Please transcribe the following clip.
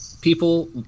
people